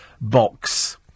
box